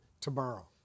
tomorrow